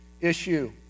issue